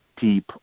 deep